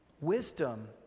Wisdom